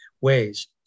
ways